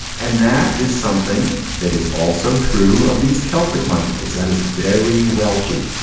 and that is something that is also true of these celtic languages that is very wealthy.